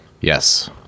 Yes